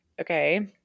okay